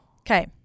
Okay